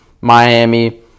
Miami